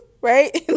right